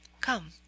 Come